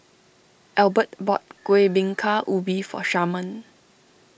Elbert bought Kueh Bingka Ubi for Sharman